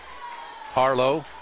Harlow